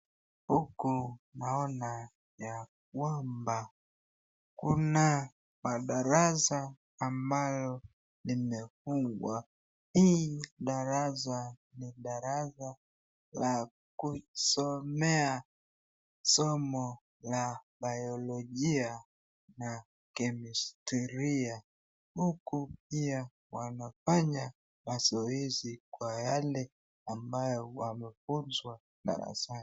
Huku naona ya kwamba kuna madarasa ambayo imefungwa hii darasa ni darasa la kusomea somo ya biyolojia na kemistria huku pia wanafanya mazoezi kwa yale ambayo wamefunzwa darasani.